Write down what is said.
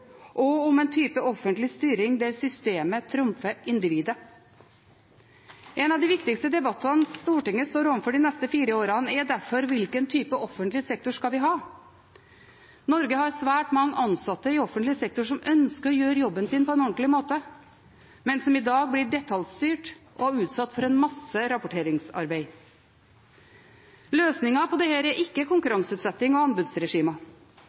og om en type offentlig styring der systemet trumfer individet. En av de viktigste debattene Stortinget står overfor de neste fire årene, er derfor hvilken type offentlig sektor vi skal ha. Norge har svært mange ansatte i offentlig sektor som ønsker å gjøre jobben sin på en ordentlig måte, men som i dag blir detaljstyrt og utsatt for en mengde rapporteringsarbeid. Løsningen på dette er ikke konkurranseutsetting og anbudsregimer.